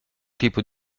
tipo